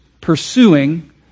pursuing